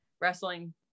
wrestling